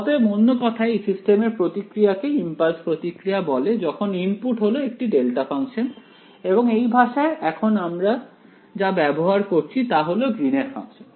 অতএব অন্য কথায় এই সিস্টেম এর প্রতিক্রিয়া কে ইম্পালস প্রতিক্রিয়া বলে যখন ইনপুট হল একটি ডেল্টা ফাংশন এবং এই ভাষায় এখন আমরা যা ব্যবহার করছি তা হল গ্রীন এর ফাংশন